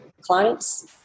clients